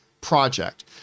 project